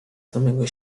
samego